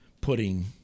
putting